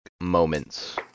moments